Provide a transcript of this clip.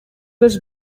was